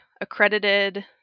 accredited